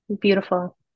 Beautiful